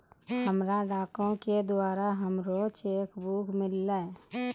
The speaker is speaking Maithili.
हमरा डाको के द्वारा हमरो चेक बुक मिललै